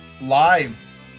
live